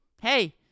hey